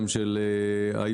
גם של IBC,